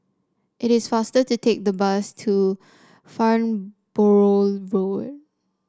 it is faster to take the bus to Farnborough Road